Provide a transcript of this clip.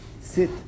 sit